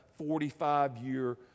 45-year